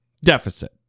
deficit